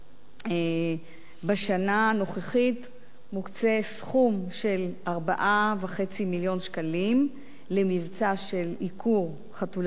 בשנה הנוכחית מוקצה סכום של 4.5 מיליון שקלים למבצע של עיקור חתולי רחוב